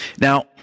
Now